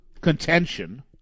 contention